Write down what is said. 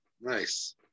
nice